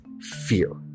fear